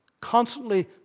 Constantly